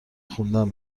خوندن